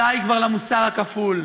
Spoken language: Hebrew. די כבר למוסר הכפול.